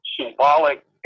symbolic